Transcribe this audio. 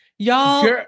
Y'all